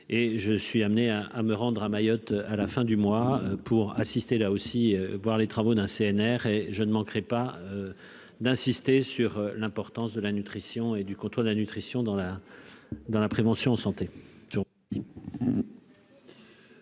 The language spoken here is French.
je suis amené à à me rendre à Mayotte, à la fin du mois pour assister là aussi voir les travaux d'un CNR et je ne manquerai pas d'insister sur l'importance de la nutrition et du contrôle de la nutrition dans la dans la prévention santé